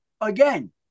again